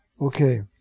Okay